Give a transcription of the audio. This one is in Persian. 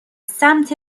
سمت